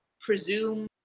presume